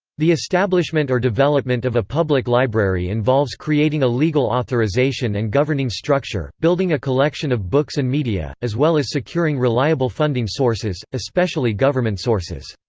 the establishment or development of a public library involves creating a legal authorization and governing structure, building a collection of books and media, as well as securing reliable funding sources, especially government sources.